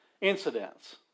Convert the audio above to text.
incidents